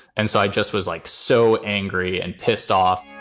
and so i just was like, so angry and pissed off